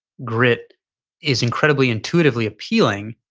grit is incredibly intuitively appealing.